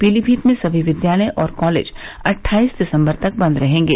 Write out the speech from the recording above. पीलीभीत में सभी विद्यालय और कॉलेज अट्ठाईस दिसम्बर तक बंद रहेंगे